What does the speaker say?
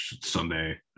Sunday